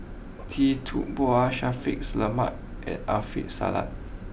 Tee Tua Ba Shaffiq Selamat and Alfian Sa'at